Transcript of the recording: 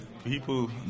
People